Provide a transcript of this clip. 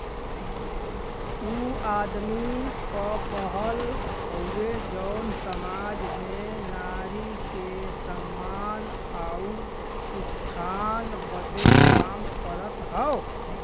ऊ आदमी क पहल हउवे जौन सामाज में नारी के सम्मान आउर उत्थान बदे काम करत हौ